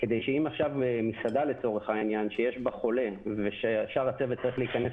כדי שאם במסעדה יש חולה ושאר הצוות צריך להיכנס